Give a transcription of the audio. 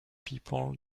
people